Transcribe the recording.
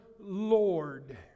Lord